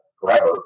forever